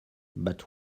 but